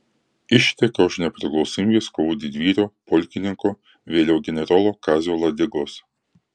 išteka už nepriklausomybės kovų didvyrio pulkininko vėliau generolo kazio ladigos